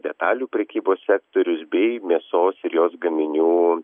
detalių prekybos sektorius bei mėsos ir jos gaminių